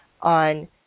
on